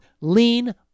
lean